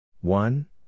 one